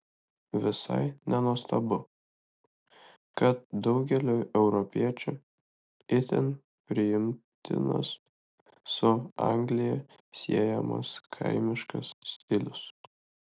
visai nenuostabu kad daugeliui europiečių itin priimtinas su anglija siejamas kaimiškas stilius